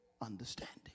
understanding